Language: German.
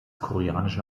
koreanische